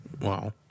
Wow